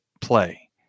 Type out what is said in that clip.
play